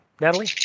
Natalie